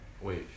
Wait